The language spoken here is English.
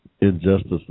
injustice